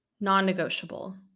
non-negotiable